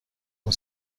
اون